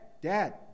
dad